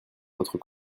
votre